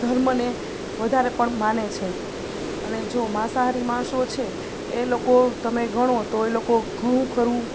ધર્મને વધારે પણ માને છે અને જો માંસાહારી માણસો છે એ લોકો તમે ગણો તો એ લોકો ઘણું ખરું